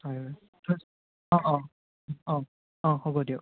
হয় হয় অঁ অঁ অঁ হ'ব দিয়ক